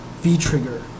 V-Trigger